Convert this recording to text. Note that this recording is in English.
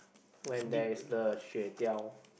when there is the 雪条